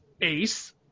Ace